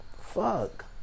fuck